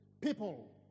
people